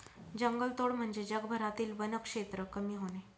जंगलतोड म्हणजे जगभरातील वनक्षेत्र कमी होणे